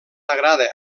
agrada